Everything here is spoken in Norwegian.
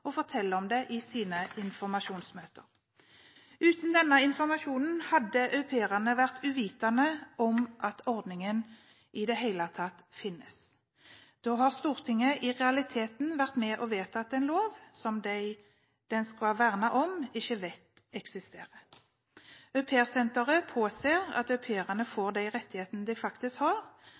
og forteller om det på sine informasjonsmøter. Uten denne informasjonen hadde au pairene vært uvitende om at ordningen i det hele tatt finnes. Da har Stortinget i realiteten vært med på å vedta en lov som de den skulle verne om, ikke vet at eksisterer. Au Pair Center påser at au pairene får de rettighetene de faktisk har,